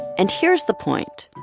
and here's the point.